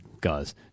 guys